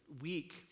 week